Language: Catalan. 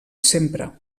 sempre